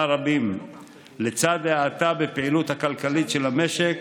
רבים לצד האטה בפעילות הכלכלית של המשק